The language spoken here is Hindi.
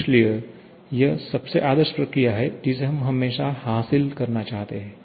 इसलिए यह सबसे आदर्श प्रक्रिया है जिसे हम हमेशा हासिल करना चाहेंगे